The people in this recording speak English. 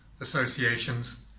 associations